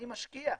אני משקיע.